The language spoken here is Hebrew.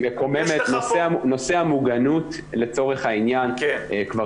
יש לך --- נושא המוגנות לצורך העניין כבר